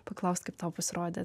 paklaust kaip tau pasirodė